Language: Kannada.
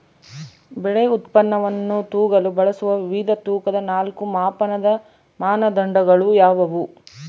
ಬೆಳೆ ಉತ್ಪನ್ನವನ್ನು ತೂಗಲು ಬಳಸುವ ವಿವಿಧ ತೂಕದ ನಾಲ್ಕು ಮಾಪನದ ಮಾನದಂಡಗಳು ಯಾವುವು?